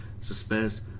suspense